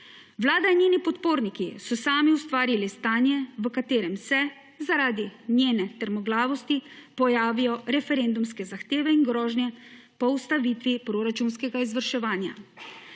Vlada in njeni podporniki so sami ustvarili stanje, v katerem se zaradi njene trmoglavosti pojavijo referendumske zahteve in grožnje po ustavitvi proračunskega izvrševanja.